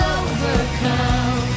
overcome